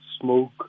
smoke